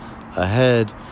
ahead